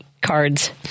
cards